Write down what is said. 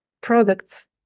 products